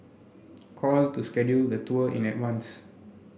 call to schedule the tour in advance